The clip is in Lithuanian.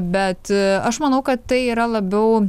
bet aš manau kad tai yra labiau